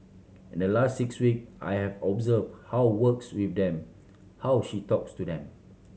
in the last six week I have observed how works with them how she talks to them